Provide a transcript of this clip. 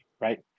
right